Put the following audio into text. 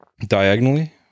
diagonally